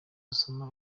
usoma